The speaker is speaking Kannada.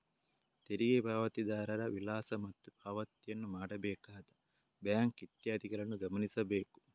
ತೆರಿಗೆ ಪಾವತಿದಾರರ ವಿಳಾಸ ಮತ್ತು ಪಾವತಿಯನ್ನು ಮಾಡಬೇಕಾದ ಬ್ಯಾಂಕ್ ಇತ್ಯಾದಿಗಳನ್ನು ಗಮನಿಸಬೇಕು